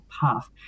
path